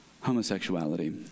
homosexuality